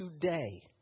today